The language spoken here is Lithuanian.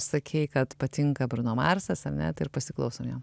sakei kad patinka bruno marsas ar ne tai ir pasiklausom jo